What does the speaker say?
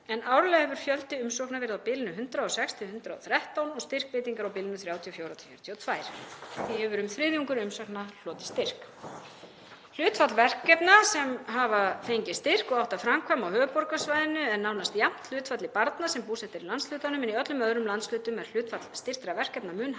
en árlega hefur fjöldi umsókna verið á bilinu 106–113 og styrkveitingar á bilinu 34–42. Hefur um þriðjungur umsagna hlotið styrk. Hlutfall verkefna sem hafa fengið styrk og átt að framkvæma á höfuðborgarsvæðinu er nánast jafnt hlutfalli barna sem búsett eru í landshlutanum en í öllum öðrum landshlutum er hlutfall styrktra verkefna mun